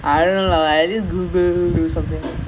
um என்ன சொல்ரா அவ:enna solraa ava